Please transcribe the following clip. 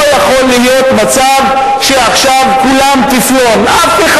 לא יכול להיות מצב שעכשיו כולם טפלון, אף אחד.